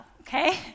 Okay